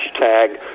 hashtag